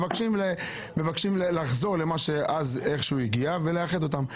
הפעם אנחנו מבקשים לחזור לאיך שהוא הגיע ולאחד אותם.